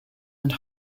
and